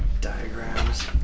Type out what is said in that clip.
diagrams